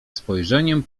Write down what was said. spojrzeniem